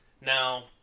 now